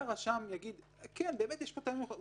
והרשם יגיד שיש פה טעמים מיוחדים,